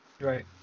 Right